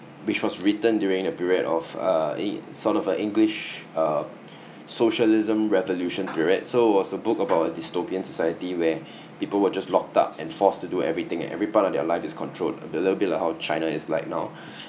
which was written during the period of uh e~ sort of a english uh socialism revolution period so it was a book about a dystopian society where people were just locked up and forced to do everything and every part of their life is controlled a little bit like how china is like now